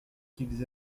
qu’ils